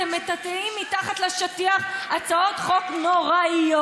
אתם מטאטאים מתחת לשטיח הצעות חוק נוראיות.